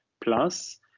Plus